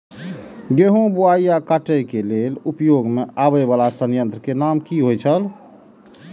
गेहूं बुआई आ काटय केय लेल उपयोग में आबेय वाला संयंत्र के नाम की होय छल?